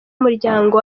umuryango